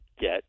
get